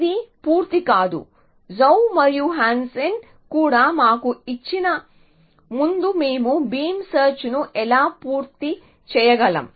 ఇది పూర్తి కాదు జౌ మరియు హాన్సెన్ కూడా మాకు ఇచ్చిన ముందు మేము బీమ్ సెర్చ్ ను ఎలా పూర్తి చేయగలం